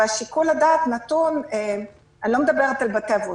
ושיקול הדעת נתון אני לא מדברת על בתי אבות,